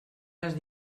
les